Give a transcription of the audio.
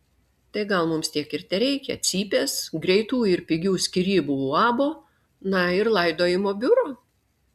tai gal mums tiek ir tereikia cypės greitų ir pigių skyrybų uabo na ir laidojimo biuro